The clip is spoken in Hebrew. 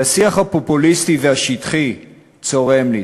והשיח הפופוליסטי והשטחי צורם לי,